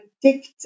predict